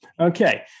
Okay